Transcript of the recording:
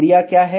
area क्या है